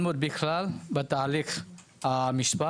של הדיון שקיימנו פה על נושא אחיות מול משרד